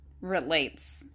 relates